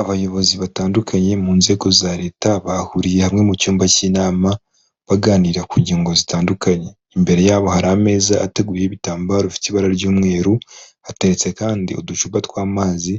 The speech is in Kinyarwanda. Abayobozi batandukanye mu nzego za leta bahuriye hamwe mu cyumba cy'inama baganira ku ngingo zitandukanye, imbere yabo hari ameza ateguyeho ibitambaro bifite ibara ry'umweru, hateretse kandi uducupa tw'amazi